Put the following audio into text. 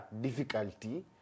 difficulty